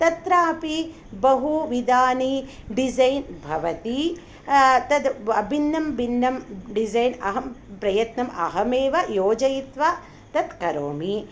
तत्रापि बहुविधानि डिज़ैन् भवन्ति तद् भिन्नं भिन्नं डिज़ैन् अहं प्रयत्नम् अहमेव योजयित्वा तत् करोमि